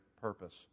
purpose